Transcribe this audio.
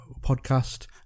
podcast